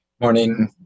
Morning